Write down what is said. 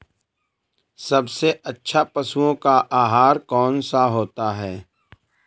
सबसे अच्छा पशुओं का आहार कौन सा होता है?